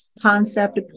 concept